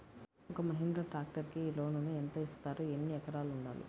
ఒక్క మహీంద్రా ట్రాక్టర్కి లోనును యెంత ఇస్తారు? ఎన్ని ఎకరాలు ఉండాలి?